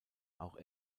auch